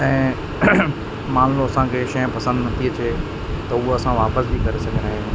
ऐं मान लो असांखे शइ पसंद न थी अचे त उअ असां वापसि बि करे सघंदा आहियूं